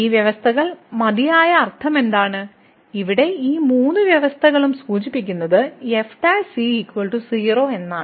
ഈ വ്യവസ്ഥകൾ മതിയായ അർത്ഥമാണ് ഇവിടെ ഈ മൂന്ന് വ്യവസ്ഥകളും സൂചിപ്പിക്കുന്നത് f 0 എന്നാണ്